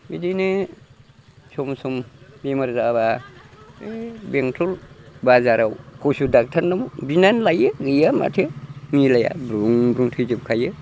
बिदिनो सम सम बेमार जाब्ला ओइ बेंथल बाजाराव फसु डाक्टारनाव बिनानै लायो गैया माथो मिलाया ब्रुं ब्रुं थैजोब खायो